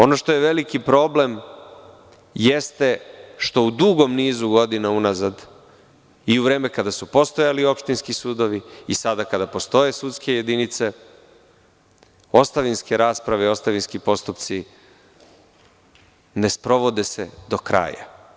Ono što je veliki problem jeste što u dugom nizu godina unazad i u vreme kada su postojali opštinski sudovi i sada kada postoje sudske jedinice, ostavinske rasprave i ostavinski postupci ne sprovode se do kraja.